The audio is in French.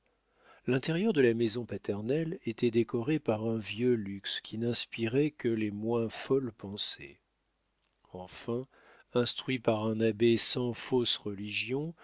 l'intérieur de la maison paternelle était décoré par un vieux luxe qui n'inspirait que les moins folles pensées enfin instruit par un abbé sans fausse religion